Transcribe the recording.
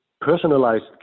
personalized